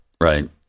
right